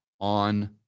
on